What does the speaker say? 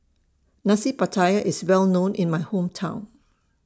Nasi Pattaya IS Well known in My Hometown